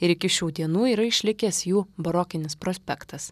ir iki šių dienų yra išlikęs jų barokinis prospektas